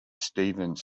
stevens